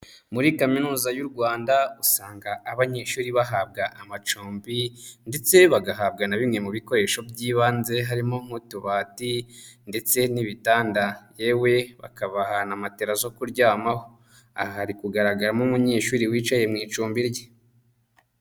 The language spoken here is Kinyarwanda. Muri Kaminuza y'u Rwanda, usanga abanyeshuri bahabwa amacumbi ndetse bagahabwa na bimwe mu bikoresho by'ibanze harimo nk'utubati ndetse n'ibitanda, yewe bakabaha na matera zo kuryamaho; aha hari kugaragaramo umunyeshuri wicaye mu icumbi rye.